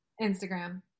Instagram